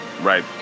right